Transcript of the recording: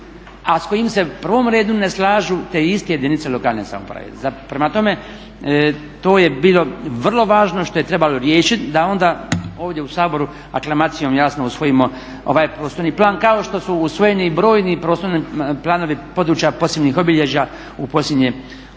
a s kojim se u prvom redu ne slažu te iste jedinice lokalne samouprave. Prema tome, to je bilo vrlo važno što je trebalo riješiti da onda ovdje u Saboru aklamacijom jasno usvojimo ovaj prostorni plan kao što su usvojeni brojni prostorni planovi područja posebnih obilježja u posljednje 3,5,